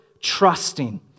trusting